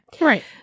Right